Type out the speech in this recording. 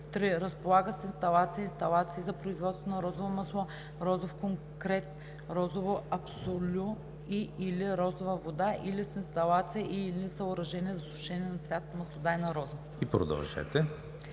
3. разполага с инсталация/инсталации за производство на розово масло, розов конкрет, розово абсолю и/или розова вода, или с инсталация и/или съоръжение за сушене на цвят от маслодайна роза.“ „Раздел